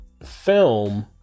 film